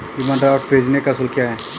Demand draft भेजने का शुल्क क्या है?